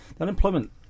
unemployment